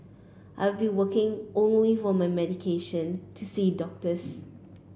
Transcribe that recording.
I'd be working only for my medication to see doctors